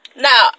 now